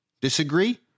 disagree